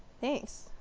Thanks